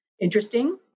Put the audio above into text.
interesting